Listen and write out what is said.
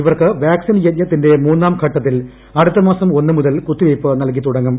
ഇവർക്ക് വാക്സിൻ യജ്ഞത്തിന്റെ മൂന്നാം ഘട്ടത്തിൽ അടുത്തമാസം ഒന്ന് മുതൽ കുത്തിവയ്പ്പ് നൽകിത്തുടങ്ങും